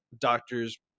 doctor's